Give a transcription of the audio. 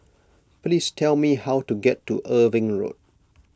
please tell me how to get to Irving Road